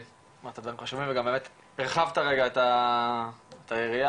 הרחבת את היריעה.